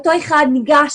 אותו שוטר ניגש